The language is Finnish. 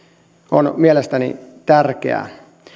on mielestäni tärkeää